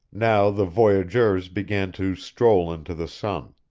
now the voyageurs began to stroll into the sun.